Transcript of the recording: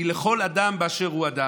היא לכל אדם באשר הוא אדם.